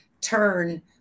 turn